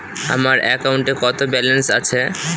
আমার অ্যাকাউন্টে কত ব্যালেন্স আছে?